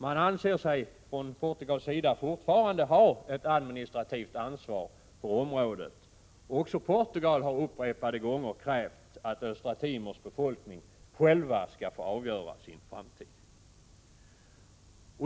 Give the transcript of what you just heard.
Fortfarande anser sig Portugal ha ett administrativt ansvar för området, och även Portugal har upprepade gånger krävt att Östra Timors befolkning själv skall få avgöra sin framtid.